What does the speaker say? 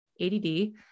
ADD